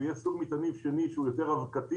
ויש סוג מטענים שני שהוא יותר אבקתי,